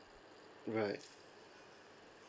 right